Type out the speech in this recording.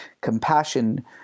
compassion